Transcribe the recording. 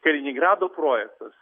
kaliningrado projektas